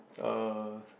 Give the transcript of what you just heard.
uh